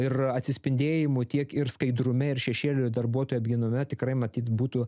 ir atsispindėjimų tiek ir skaidrume ir šešėliu darbuotojo ginume tikrai matyt būtų